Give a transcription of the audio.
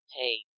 Hey